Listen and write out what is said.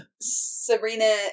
Sabrina